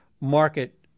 market